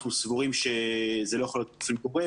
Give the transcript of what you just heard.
אנחנו סבורים שזה לא יכול להיות באופן גורף,